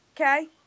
okay